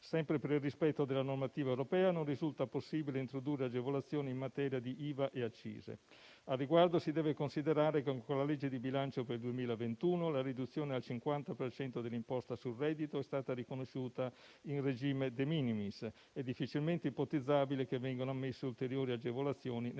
Sempre per il rispetto della normativa europea non risulta possibile introdurre agevolazioni in materia di IVA e accise. A riguardo, si deve considerare che con la legge di bilancio per il 2021 la riduzione al 50 per cento dell'imposta sul reddito è stata riconosciuta in regime *de minimis* ed è difficilmente ipotizzabile che vengono ammesse ulteriori agevolazioni nell'ambito